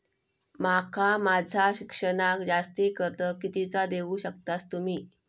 माका माझा शिक्षणाक जास्ती कर्ज कितीचा देऊ शकतास तुम्ही?